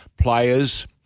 players